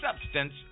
substance